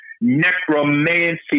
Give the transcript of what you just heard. necromancy